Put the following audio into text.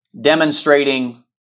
demonstrating